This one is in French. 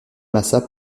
massat